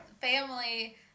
family